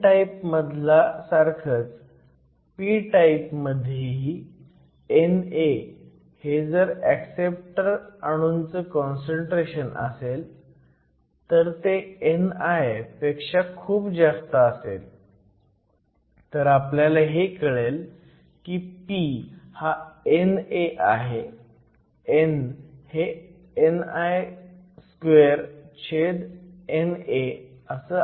n type मधलासारखंच p type मध्येही NA हे जर ऍक्सेप्टर अणूचं काँसंट्रेशन असेल आणि ते ni पेक्षा खूप जास्त असेल तर आपल्याला कळेल की p हा NA आहे n हे ni2NA आहे